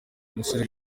musore